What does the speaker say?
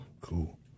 Cool